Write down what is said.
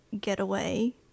getaway